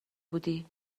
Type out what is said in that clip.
بودی